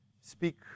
speak